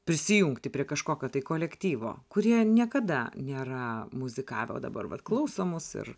prisijungti prie kažkokio tai kolektyvo kurie niekada nėra muzikavę o dabar vat klauso mus ir